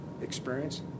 experience